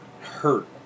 hurt